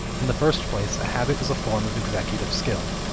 in the first place, a habit is a form of executive skill,